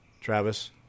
Travis